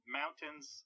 mountains